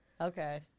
Okay